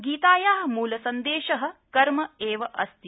गीताया मूलसन्देश कर्म एव अस्ति